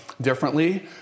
Differently